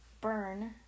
Burn